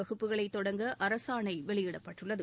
வகுப்புகளை தொடங்க அரசாணை வெளியிடப்பட்டுள்ளது